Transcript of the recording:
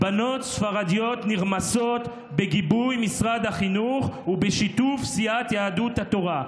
"בנות ספרדיות נרמסות בגיבוי משרד החינוך ובשיתוף סיעת יהדות התורה".